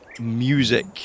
music